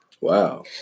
Wow